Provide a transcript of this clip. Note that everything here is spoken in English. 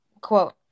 Quote